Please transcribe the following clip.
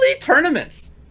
tournaments